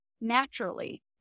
naturally